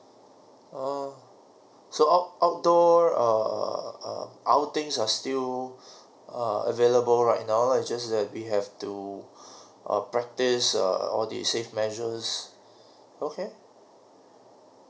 oh so out outdoor err err outing are still err available right now lah just that we have to err practice err on the safe measures okay